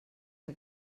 que